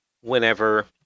whenever